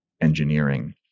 engineering